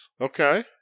Okay